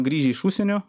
grįžę iš užsienio